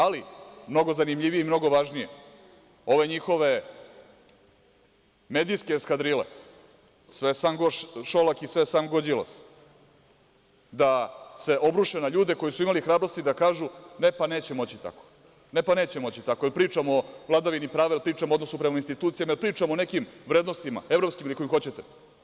Ali mnogo zanimljivije i mnogo važnije ove njihove medijske eskadrile, sve sam go Šolak i sve sam go Đilas, da se obruše na ljude koji su imali hrabrosti da kažu – ne, pa neće moći tako, pričamo o vladavini prava i pričamo o odnosu prema institucijama, pričamo o nekim vrednostima, evropskim ili kojim god hoćete.